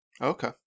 Okay